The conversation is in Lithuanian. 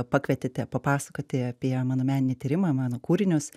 pakvietėte papasakoti apie mano meninį tyrimą mano kūrinius